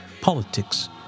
Politics